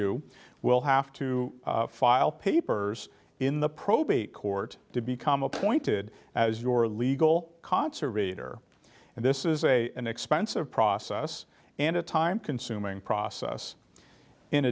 you will have to file papers in the probate court to become appointed as your legal concert reader and this is a an expensive process and a time consuming process in